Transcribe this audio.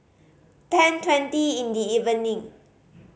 ten twenty in the evening